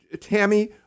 Tammy